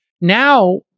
now